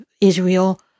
Israel